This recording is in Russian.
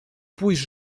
пусть